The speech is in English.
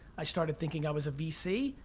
i started thinking i was a vc,